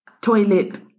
toilet